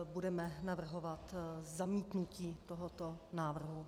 Budeme navrhovat zamítnutí tohoto návrhu.